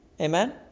Amen